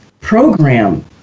program